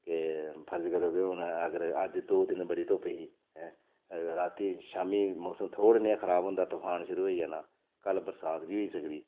ते फर्ज करो कि हून अगर अज्ज दो दिन बड़ी धुप्प ही रातीं शामीं मौसम थोह्ड़ा नेहा खराब होंदा तफान शुरू होई जाना कल्ल बरसात बी होई सकदी